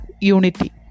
unity